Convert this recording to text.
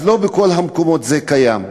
אז לא בכל המקומות זה קיים.